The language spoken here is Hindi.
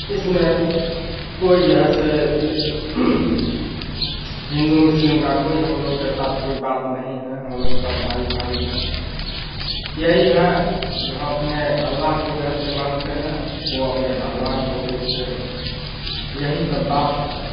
इसमें कोई जे है से हिन्दू मुस्लिम का कोई हम लोग के साथ कोई बात नहीं है हम लोग सब भाई भाई हैं यही है जो हम अपने अल्लाह को जो है से मानते हैं वह अपने भगवान को पूजते हैं यही सब बात है